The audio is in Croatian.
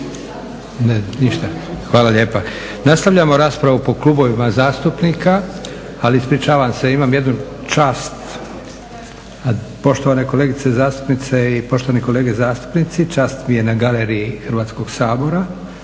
Ništa. Hvala lijepa. Nastavljamo raspravu po klubovima zastupnika. Ali ispričavam se imam jednu čast. Poštovane kolegice zastupnice i poštovani kolege zastupnici čast mi je na galeriji Hrvatskog sabora